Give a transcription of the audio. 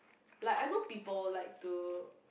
like I know people like to